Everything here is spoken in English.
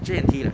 J&T de